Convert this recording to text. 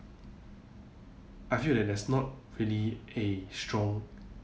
I feel that there's not really a strong